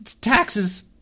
taxes